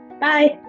Bye